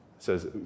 says